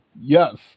Yes